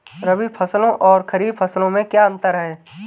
रबी फसलों और खरीफ फसलों में क्या अंतर है?